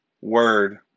word